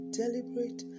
deliberate